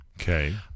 Okay